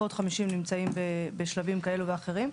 ועוד 50 נמצאים בשלבים כאלו ואחרים.